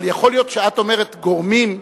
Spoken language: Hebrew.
אבל יכול להיות שאת אומרת גורמים,